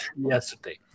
yesterday